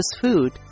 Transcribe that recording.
food